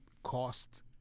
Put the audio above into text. Cost